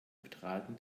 betraten